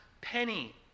penny